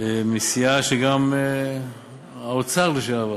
מהסיעה של שר האוצר לשעבר.